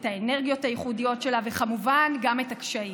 את האנרגיות הייחודיות שלה וכמובן גם את הקשיים.